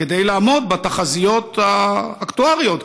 כדי לעמוד בתחזיות האקטואריות,